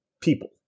people